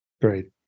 Great